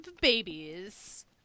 babies